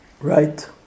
Right